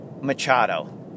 Machado